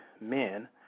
men